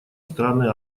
страны